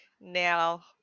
now